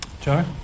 Joe